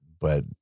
But-